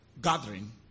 Gathering